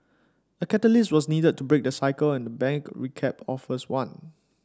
a catalyst was needed to break the cycle and the bank recap offers one